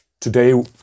today